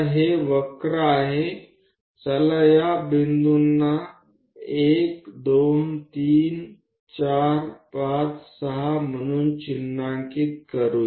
હવે આ વક્ર છે ચાલો આપણે આ બિંદુઓને 1 2 3 4 5 6 અને તે રીતે ચિહ્નિત કરીએ